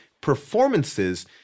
performances